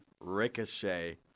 Ricochet